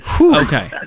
Okay